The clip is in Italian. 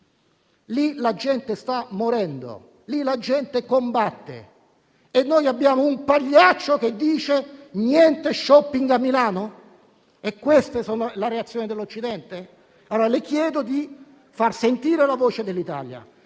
Lì la gente sta morendo, lì la gente combatte e noi abbiamo un pagliaccio che dice niente shopping a Milano? È questa la reazione dell'Occidente? Le chiedo di far sentire la voce dell'Italia.